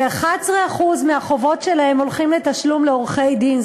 ו-11% מהחובות שלהם הולכים לתשלום לעורכי-דין,